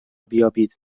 بیابید